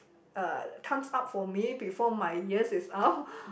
uh times up for me before my years is up